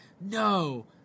no